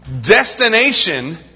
destination